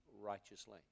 righteously